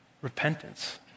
repentance